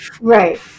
Right